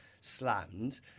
slammed